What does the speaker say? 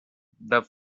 the